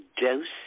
dose